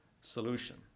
solution